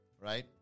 Right